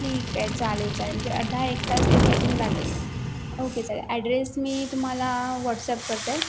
ठीके चालेल चालेल म्हणजे अर्धा एक तास तरी अजून लागेल ओके चालेल ॲड्रेस मी तुम्हाला व्हॉट्सॲप करते